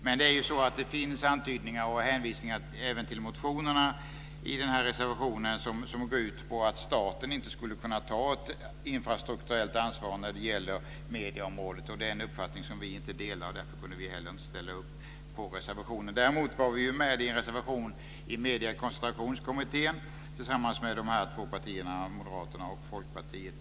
Men det finns antydningar och hänvisningar även i motionerna i den här reservationen som går ut på att staten inte skulle kunna ta ett infrastrukturellt ansvar på medieområdet. Det är en uppfattning som vi inte delar, och därför kunde vi heller inte ställa upp på reservationen. Däremot var vi med på en reservation i Mediekoncentrationskommittén tillsammans med de här två partierna, Moderaterna och Folkpartiet.